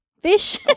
fish